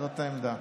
זאת העמדה.